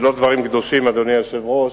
זה לא דברים קדושים, אדוני היושב-ראש,